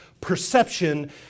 perception